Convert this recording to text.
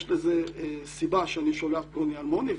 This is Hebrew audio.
יש סיבה שאני שולח פלוני אלמוני.